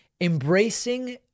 embracing